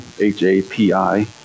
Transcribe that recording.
H-A-P-I